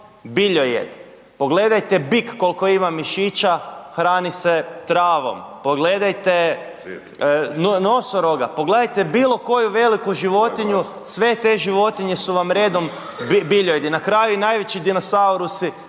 biljojed, pogledajte bik koliko ima mišića, hrani se travom, pogledajte nosoroga, pogledajte bilo koju veliku životinju, sve te životinje su vam redom biljojedi, na kraju i najveći dinosaurusi